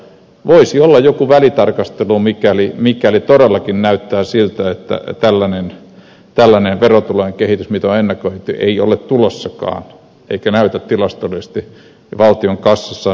voisi olla joku välitarkastelu mikäli todellakin näyttää siltä että tällainen verotulojen kehitys jota on ennakoitu ei ole tulossakaan eikä näy tilastollisesti valtion kassassa